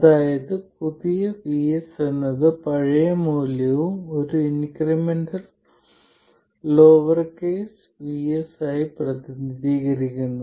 അതായത് പുതിയ VS എന്നത് പഴയ മൂല്യവും ഒരു ഇൻക്രിമെന്റ് ലോവർ കേസ് vS ആയി പ്രതിനിധീകരിക്കുന്നു